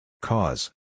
Cause